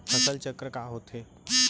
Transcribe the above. फसल चक्र का होथे?